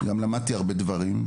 וגם למדתי הרבה דברים,